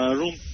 room